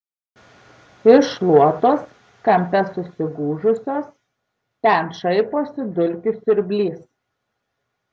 iš šluotos kampe susigūžusios ten šaiposi dulkių siurblys